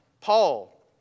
Paul